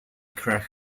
craig